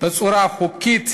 בצורה חוקית